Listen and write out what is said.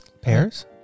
pears